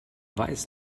weiß